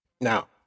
Now